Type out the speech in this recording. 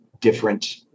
different